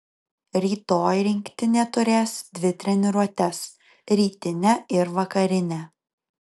rytoj rinktinė turės dvi treniruotes rytinę ir vakarinę